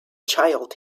child